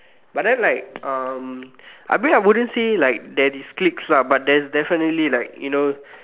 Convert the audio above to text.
but then like um I bet I wouldn't say like there is cliques but there's definitely like you know